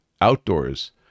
outdoors